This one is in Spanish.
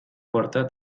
puerta